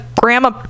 grandma